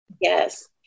Yes